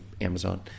Amazon